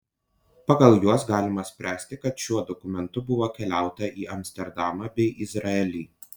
pagal juos galima spręsti kad su šiuo dokumentu buvo keliauta į amsterdamą bei izraelį